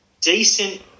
decent